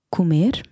Comer